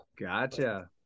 Gotcha